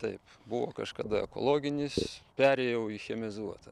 taip buvo kažkada ekologinis perėjau į chemizuotą